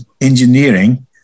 engineering